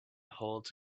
holds